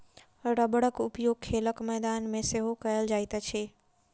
रबड़क उपयोग खेलक मैदान मे सेहो कयल जाइत अछि